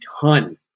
ton